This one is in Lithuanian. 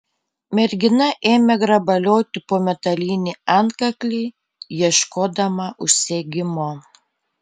mergina ėmė grabalioti po metalinį antkaklį ieškodama užsegimo